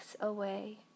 away